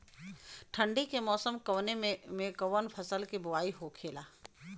ठंडी के मौसम कवने मेंकवन फसल के बोवाई होखेला?